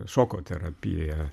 šoko terapija